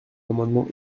amendements